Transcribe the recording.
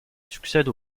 succède